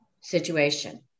situation